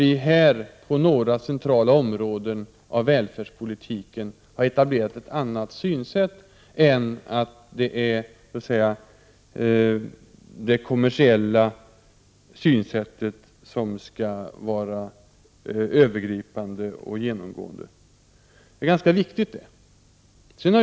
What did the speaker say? Vi har på några centrala områden av välfärdspolitiken etablerat en annan inställning än att det kommersiella synsättet skall vara övergripande och genomgående. Detta är ganska viktigt.